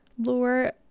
lore